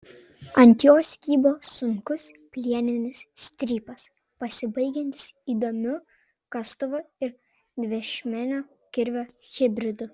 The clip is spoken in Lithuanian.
ant jos kybo sunkus plieninis strypas pasibaigiantis įdomiu kastuvo ir dviašmenio kirvio hibridu